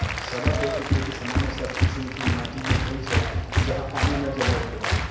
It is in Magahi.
सदा तेल के खेती सामान्य सब कीशिम के माटि में होइ छइ जहा पानी न जमैत होय